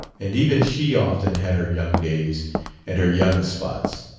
and even she often had her young days and her young spots.